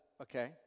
Okay